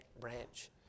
branch